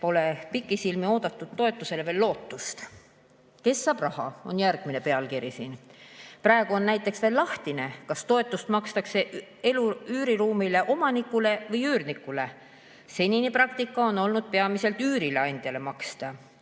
pole pikisilmi oodatud toetusele veel lootust."Kes saab raha?" on järgmine pealkiri. Praegu on näiteks veel lahtine, kas toetust makstakse üüriruumi omanikule või üürnikule. Senine praktika on olnud peamiselt üürileandjale maksta.